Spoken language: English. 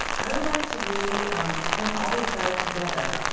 i would like to really um bring all these guys together.